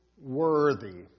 worthy